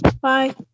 bye